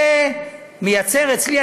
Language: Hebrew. זה מייצר אצלי,